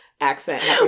accent